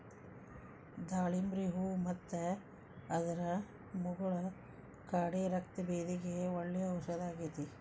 ದಾಳಿಂಬ್ರಿ ಹೂ ಮತ್ತು ಅದರ ಮುಗುಳ ಕಾಡೆ ರಕ್ತಭೇದಿಗೆ ಒಳ್ಳೆ ಔಷದಾಗೇತಿ